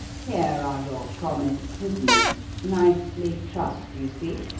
here are your promised prisoners nicely trussed, you see,